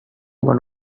one